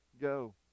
go